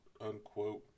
unquote